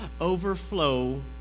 overflow